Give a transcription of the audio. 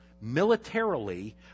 militarily